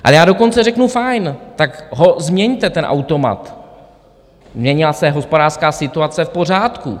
Ale já dokonce řeknu fajn, tak ho změňte, ten automat, změnila se hospodářská situace, v pořádku.